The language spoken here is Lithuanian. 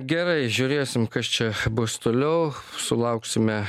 gerai žiūrėsim kas čia bus toliau sulauksime